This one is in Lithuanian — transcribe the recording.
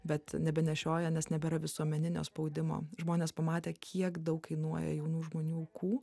bet nebenešioja nes nebėra visuomeninio spaudimo žmonės pamatė kiek daug kainuoja jaunų žmonių aukų